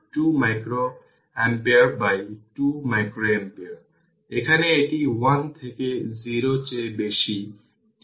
সুতরাং তাই এখানে এটি Ce q 1C1 1C2 এর পাওয়ার 1